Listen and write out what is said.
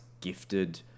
gifted